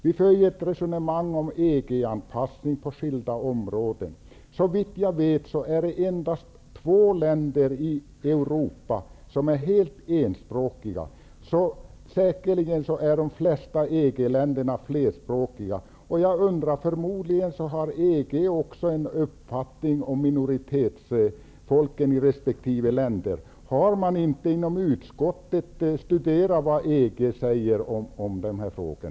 Vi för ju ett resonemang om EG-anpassning på skilda områden. Såvitt jag vet finns det endast två länder i Europa som är helt enspråkiga. De flesta EG länderna är säkerligen flerspråkiga. Förmodligen har EG också en uppfattning om minoritetsfolken i resp. länder. Har inte utskottet studerat vad EG säger i dessa frågor?